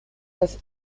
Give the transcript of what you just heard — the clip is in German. das